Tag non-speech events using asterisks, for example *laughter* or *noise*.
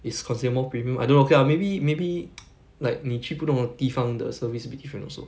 its considered more premium I don't know okay ah maybe maybe *noise* like 你去不同的地方的 service will be different [what] so